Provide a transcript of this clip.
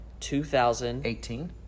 2018